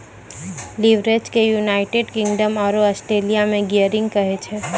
leverage के United Kingdom आरो Australia मे गियरिंग कहै छै